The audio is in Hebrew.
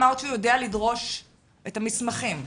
אמרת שהוא יודע לדרוש את המסמכים.